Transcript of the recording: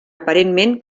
aparentment